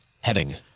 Heading